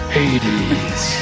Hades